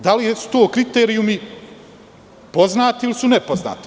Da li su to kriterijumi poznati ili su nepoznati?